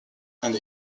and